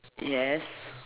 yes